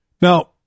Now